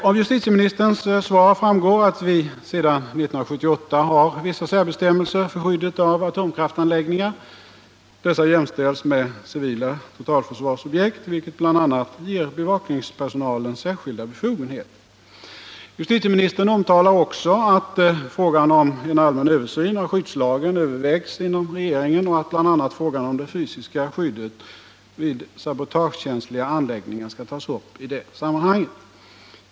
Av justitieministerns svar framgår att vi sedan 1978 har vissa särbestämmelser för skyddet av atomkraftsanläggningar. Dessa jämställs med civila totalförsvarsobjekt, vilket bl.a. ger bevakningspersonalen särskilda befogenheter. Justitieministern omtalar också att frågan om en allmän översyn av skyddslagen övervägs inom regeringen och att bl.a. frågan om det fysiska skyddet vid sabotagekänsliga anläggningar skall tas upp i detta sammanhang.